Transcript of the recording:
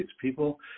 people